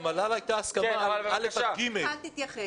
במל"ל הייתה הסכמה מכיתה א' עד ג'.